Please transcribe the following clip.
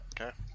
Okay